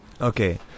Okay